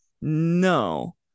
no